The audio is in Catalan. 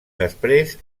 després